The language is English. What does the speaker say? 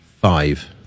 five